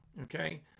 Okay